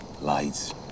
lights